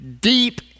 deep